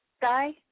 guy